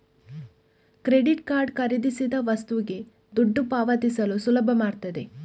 credit card ಖರೀದಿಸಿದ ವಸ್ತುಗೆ ದುಡ್ಡು ಪಾವತಿಸಲು ಸುಲಭ ಮಾಡ್ತದೆ